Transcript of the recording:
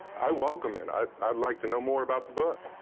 i welcome it. i'd i'd like to know more about the book.